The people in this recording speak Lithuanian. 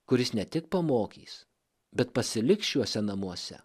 kuris ne tik pamokys bet pasiliks šiuose namuose